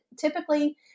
typically